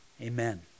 Amen